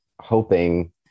hoping